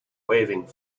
waving